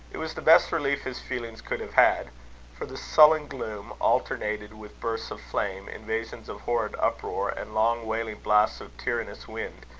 it was the best relief his feelings could have had for the sullen gloom, alternated with bursts of flame, invasions of horrid uproar, and long wailing blasts of tyrannous wind,